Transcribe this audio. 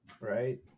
right